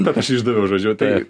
bet aš išdaviau žodžiu tai